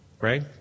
right